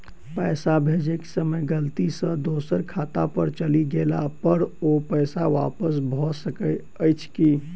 पैसा भेजय समय गलती सँ दोसर खाता पर चलि गेला पर ओ पैसा वापस भऽ सकैत अछि की?